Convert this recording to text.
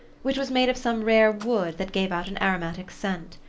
which was made of some rare wood that gave out an aromatic scent.